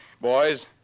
Boys